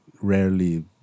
Rarely